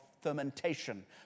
fermentation